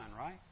right